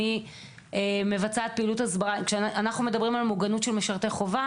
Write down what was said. כשאנחנו מדברים על מוגנות של משרתי חובה